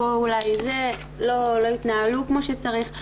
לא התנהלו כמו שצריך.